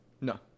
No